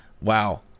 Wow